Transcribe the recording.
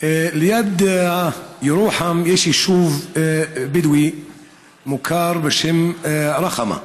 ליד ירוחם יש יישוב בדואי מוכר בשם רח'מה.